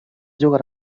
jugar